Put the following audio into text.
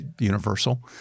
universal